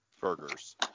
burgers